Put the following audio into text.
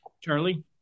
Charlie